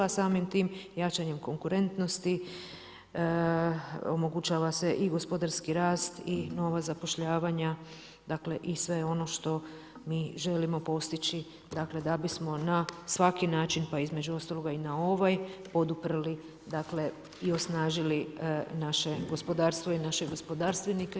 A samim time i jačanjem konkurentnosti omogućava se i gospodarski rast i nova zapošljavanja dakle i sve ono što mi želimo postići da bismo na svaki način, pa između ostaloga i na ovaj poduprli i osnažili naše gospodarstvo i naše gospodarstvenike.